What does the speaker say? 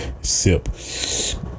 sip